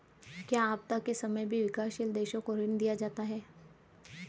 क्या आपदा के समय भी विकासशील देशों को ऋण दिया जाता है?